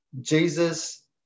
Jesus